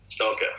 Okay